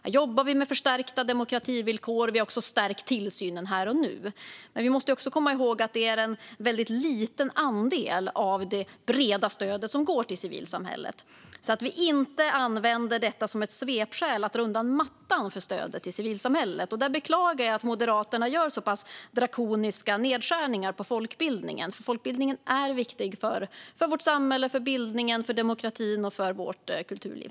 Här jobbar vi med förstärkta demokrativillkor. Vi har också stärkt tillsynen här och nu. Men vi måste också komma ihåg att det är en väldigt liten andel av det breda stödet som går till civilsamhället, så att vi inte använder detta som ett svepskäl för att dra undan mattan för stödet till civilsamhället. Jag beklagar att Moderaterna gör så pass drakoniska nedskärningar på folkbildningen, för folkbildningen är viktig för vårt samhälle, för bildningen, för demokratin och för vårt kulturliv.